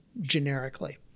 generically